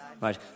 Right